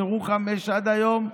בירוחם יש עד היום אישה,